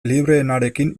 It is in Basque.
libreenarekin